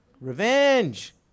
Revenge